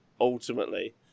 ultimately